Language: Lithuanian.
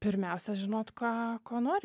pirmiausia žinot ką ko nori